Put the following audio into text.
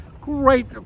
great